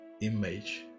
image